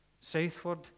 southward